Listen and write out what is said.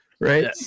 Right